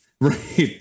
Right